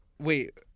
Wait